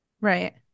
right